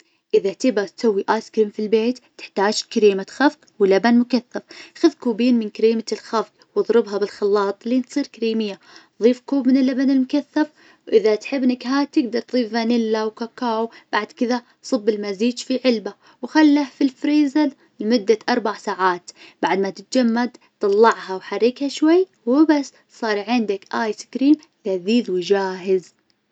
إذا تبغى تسوي الآيس كريم في البيت تحتاج كريمة خفق ولبن مكثف، خذ كوبين من كريمة الخفق واضربها بالخلاط لين تصير كريمية، ظيف كوب من اللبن المكثف، وإذا تحب نكهات تقدر تظيف فانيلا وكاكاو، بعد كذا صب المزيج في علبة وخله في الفريزل لمدة أربع ساعات، بعد ما تتجمد طلعها وحركها شوي وبس صار عندك آيس كريم لذيذ وجاهز.